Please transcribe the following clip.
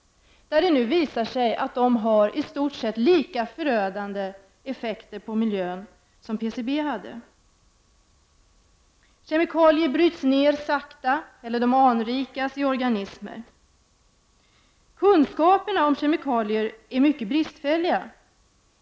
1989/90:104 ha i stort sett lika förödande effekter på miljön som PCB hade. Kemikalier 18 april 1990 bryts ner sakta eller anrikas i organismer. Kunskaperna om kemikalier är mycket bristfälliga.